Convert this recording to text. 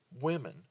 women